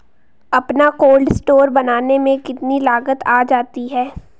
अपना cold store बनाने में कितनी लागत आ जाती है?